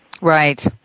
Right